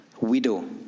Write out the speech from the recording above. widow